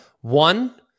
One